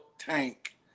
tank